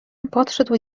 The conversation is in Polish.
podszedł